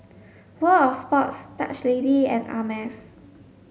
World Of Sports Dutch Lady and Ameltz